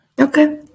Okay